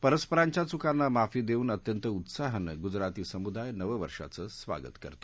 परस्परांच्या चुकांना माफी देऊन अत्यंत उत्साहात गुजराती समुदाय नववर्षाचं स्वागत करतो